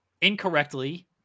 incorrectly